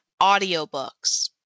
audiobooks